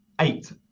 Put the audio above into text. eight